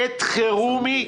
עת חירום היא,